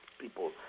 people